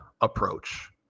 approach